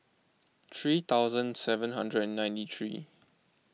three thousand seven hundred and ninety three